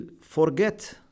forget